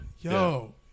Yo